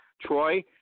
Troy